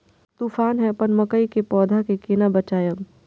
तुफान है अपन मकई के पौधा के केना बचायब?